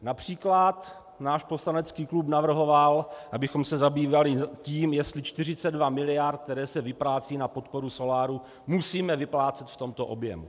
Například náš poslanecký klub navrhoval, abychom se zabývali tím, jestli 42 mld., které se vyplácejí na podporu solárů, musíme vyplácet v tomto objemu.